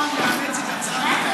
מוכן לאמץ את הצעת,